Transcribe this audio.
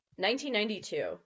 1992